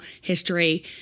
history